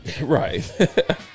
Right